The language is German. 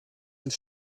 und